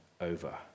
over